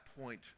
point